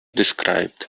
described